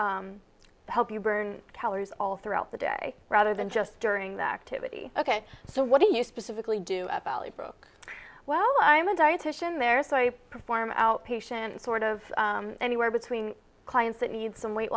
help you burn calories all throughout the day rather than just during the activity ok so what do you specifically do about e books well i'm a dietitian there so i perform outpatient sort of anywhere between clients that need some weight